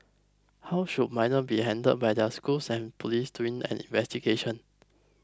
how should minors be handled by their schools and police during an investigation